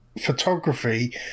photography